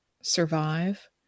survive